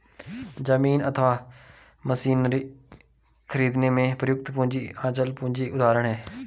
जमीन अथवा मशीनरी खरीदने में प्रयुक्त पूंजी अचल पूंजी का उदाहरण है